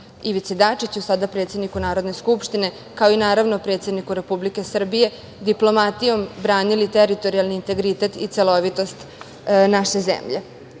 Ivici Dačiću, sada predsedniku Narodne skupštine, kao i naravno predsedniku Republike Srbije, diplomatijom branili teritorijalni integritet i celovitost naše zemlje.